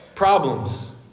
Problems